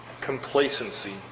complacency